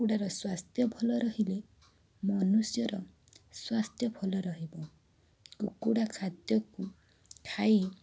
କୁକୁଡ଼ାର ସ୍ୱାସ୍ଥ୍ୟ ଭଲ ରହିଲେ ମନୁଷ୍ୟର ସ୍ୱାସ୍ଥ୍ୟ ଭଲ ରହିବ କୁକୁଡ଼ା ଖାଦ୍ୟକୁ ଖାଇ